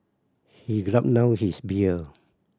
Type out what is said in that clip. he gulped down his beer